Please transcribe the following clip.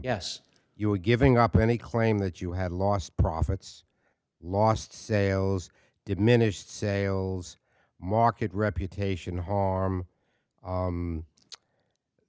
guess you were giving up any claim that you had lost profits lost sales diminished sales market reputation harm